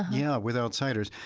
yeah, with outsiders.